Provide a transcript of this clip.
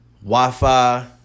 Wi-Fi